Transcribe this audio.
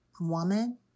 woman